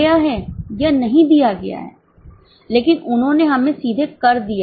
यह नहीं दिया गया है लेकिन उन्होंने हमें सीधे कर दिया है